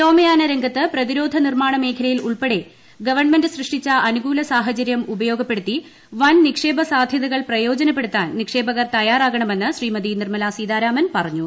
വ്യോമയാന രംഗത്ത് പ്രതിരോധ നിർമാണ മേഖലയിൽ ഉൾപ്പെടെ ഗവൺമെന്റ് സൃഷ്ടിച്ച അനുകൂല സാഹചര്യം ഉപയോഗപ്പെടുത്തി വൻ നിക്ഷേപ സാധൃതകൾ പ്രയോജനപ്പെടുത്താൻ നിക്ഷേപകർ തയ്യാറാകണമെന്ന് ശ്രീമതി നിർമലാ സീതാരാമൻ പറഞ്ഞു